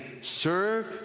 serve